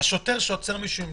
השוטר שעוצר מישהו עם